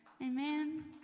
amen